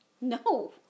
No